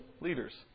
leaders